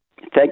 Thank